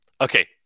Okay